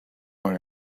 worry